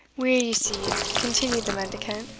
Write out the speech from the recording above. why, ye see, continued the mendicant,